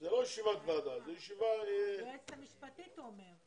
יש עדיין עניינים של לשכה משפטית, חשבות, שרה.